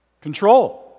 control